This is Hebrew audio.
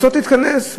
רוצות להתכנס,